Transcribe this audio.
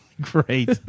great